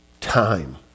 time